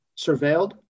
surveilled